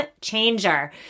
changer